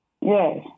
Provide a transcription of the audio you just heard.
Yes